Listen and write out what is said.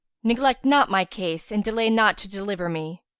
neglect not my case and delay not to deliver me.